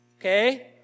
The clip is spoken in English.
Okay